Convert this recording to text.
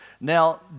Now